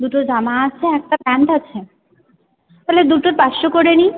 দুটো জামা আছে একটা প্যান্ট আছে তাহলে দুটো পাঁচশো করে নিই